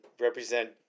represent